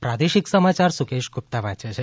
પ્રાદેશિક સમાયાર સુકેશ ગુપ્તા વાંચે છે